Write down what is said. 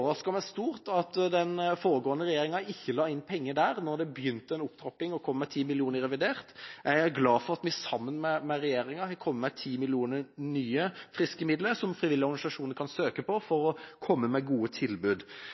meg stort at den foregående regjeringa ikke la inn penger der, når det var begynt en opptrapping og en kom med 10 mill. kr i revidert. Jeg er glad for at vi sammen med regjeringa har kommet med nye 10 mill. kr – friske midler – som frivillige organisasjoner kan søke om for å komme med gode tilbud.